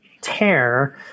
tear